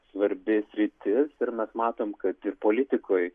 svarbi sritis ir mes matom kad politikoj